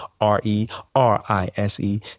R-E-R-I-S-E